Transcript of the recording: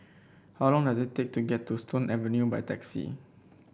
how long does it take to get to Stone Avenue by taxi